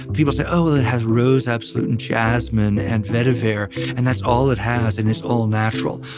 people say, oh, that has rose absolute and jasmine and vetiver and that's all it has. and it's all natural.